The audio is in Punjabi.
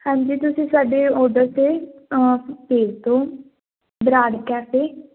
ਹਾਂਜੀ ਤੁਸੀਂ ਸਾਡੇ ਔਡਰ 'ਤੇ ਭੇਜ ਦਿਓ ਬਰਾੜ ਕੈਫੇ